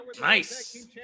Nice